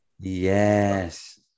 Yes